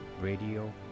radio